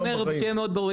אני אומר שיהיה מאוד ברור,